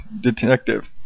detective